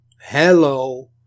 Hello